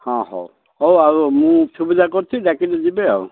ହଁ ହଉ ହଉ ଆଉ ମୁଁ ସୁବିଧା କରିୁଛିି ଡାକିଲେ ଯିବେ ଆଉ